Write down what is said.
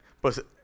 pues